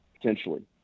potentially